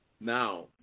Now